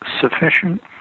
sufficient